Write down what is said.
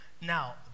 Now